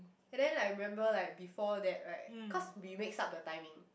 and then like I remember like before that right cause we mix up the timing